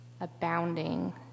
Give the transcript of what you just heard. abounding